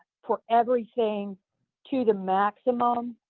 for everything to the maximum.